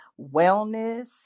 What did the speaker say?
wellness